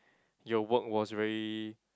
your work was very